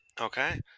Okay